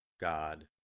God